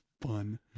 fun